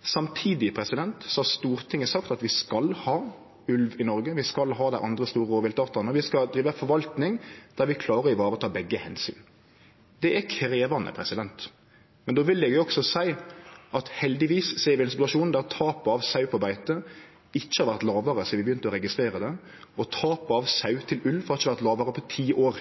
Samtidig har Stortinget sagt at vi skal ha ulv i Noreg, vi skal ha dei andre store rovviltartane, og vi skal drive ei forvalting der vi klarer å vareta begge omsyna. Det er krevjande, men då vil eg også seie at vi heldigvis er i en situasjon der tapet av sau på beite ikkje har vore lågare sidan vi begynte å registrere det. Tapet av sau til ulv har ikkje vore lågare på ti år.